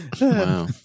Wow